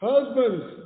Husbands